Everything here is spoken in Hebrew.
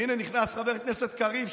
והינה נכנס חבר הכנסת קריב,